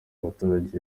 baturage